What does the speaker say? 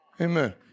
Amen